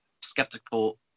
skeptical